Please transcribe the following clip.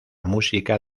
música